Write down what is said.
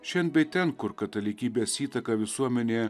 šen bei ten kur katalikybės įtaka visuomenėje